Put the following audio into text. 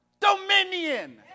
dominion